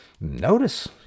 notice